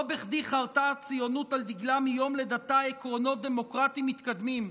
לא בכדי חרתה הציונות על דגלה מיום לידתה עקרונות דמוקרטיים מתקדמים,